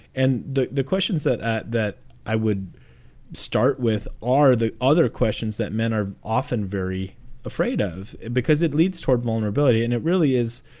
and the the questions that that that i would start with are the other questions that men are often very afraid of because it leads toward vulnerability. and it really is,